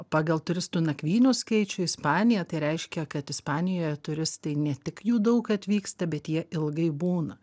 pagal turistų nakvynių skaičių ispanija tai reiškia kad ispanijoje turistai ne tik jų daug atvyksta bet jie ilgai būna